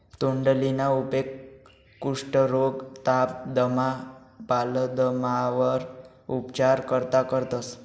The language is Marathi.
तोंडलीना उपेग कुष्ठरोग, ताप, दमा, बालदमावर उपचार करता करतंस